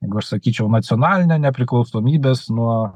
jeigu aš sakyčiau nacionalinė nepriklausomybės nuo